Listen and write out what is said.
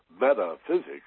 Metaphysics